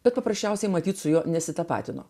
bet paprasčiausiai matyt su juo nesitapatino